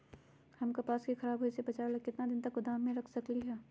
हम कपास के खराब होए से बचाबे ला कितना दिन तक गोदाम में रख सकली ह?